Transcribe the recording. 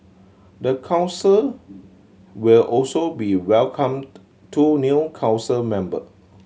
the council will also be welcomed two new council member